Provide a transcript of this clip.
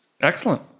Excellent